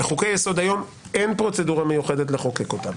לחוקי היסוד היום אין פרוצדורה מיוחדת לחוקק אותם.